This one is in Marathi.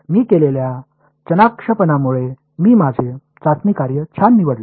मी केलेल्या चाणाक्षपणामुळे मी माझे चाचणी कार्य छान निवडले